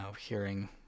hearing